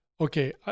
Okay